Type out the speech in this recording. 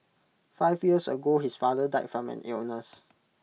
five years ago his father died from an illness